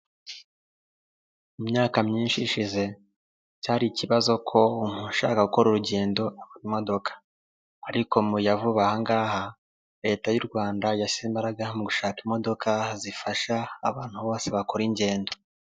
Mu myaka myinshi ishize cyari ikibazo ko umuntu ushaka gukora urugendo abona imodoka ariko mu ya vuba aha ngaha leta y'u Rwanda yashyize imbaraga mu gushaka imodoka zifasha abantu bose bakora ingendo.